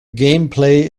gameplay